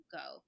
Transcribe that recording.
go